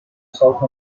south